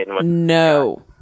no